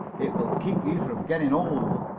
it will keep you from getting old.